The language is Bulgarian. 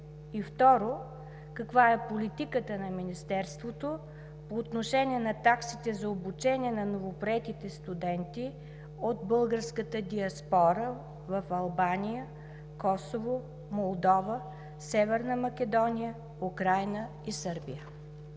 И второ, каква е политиката на Министерството по отношение таксите за обучение на новоприетите студенти от българската диаспора в Албания, Косово, Молдова, Северна Македония, Украйна и Сърбия?